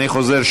אני חוזר: